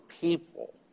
people